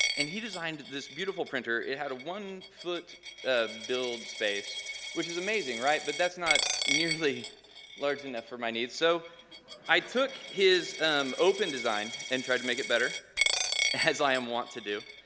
and he designed this beautiful printer. it had a one-foot ah build space which is amazing, right? but that's not nearly large enough for my needs, so i took his um open-design and tried to make it better as i am want to do.